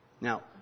Now